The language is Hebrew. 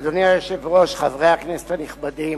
אדוני היושב-ראש, חברי הכנסת הנכבדים,